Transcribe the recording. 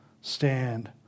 Stand